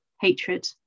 Hatred